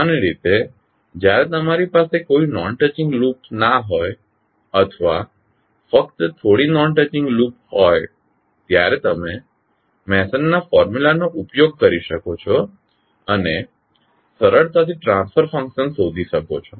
સામાન્ય રીતે જ્યારે તમારી પાસે કોઈ નોન ટચિંગ લૂપ ના હોય અથવા ફક્ત થોડી નોન ટચિંગ લૂપ હોય ત્યારે તમે મેસનના ફોર્મ્યુલાનો ઉપયોગ કરી શકો છો અને સરળતાથી ટ્રાન્સફર ફંક્શન શોધી શકો છો